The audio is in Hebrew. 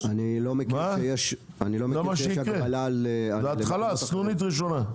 זה מה שיקרה, זו התחלה, סנונית ראשונה.